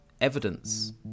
evidence